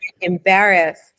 embarrassed